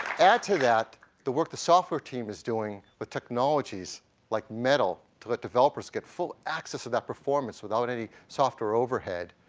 add to that the work the software team is doing with technologies like metal so that developers get full access of that performance without any software overhead.